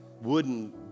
wooden